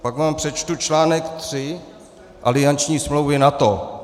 Pak vám přečtu článek 3 alianční smlouvy NATO.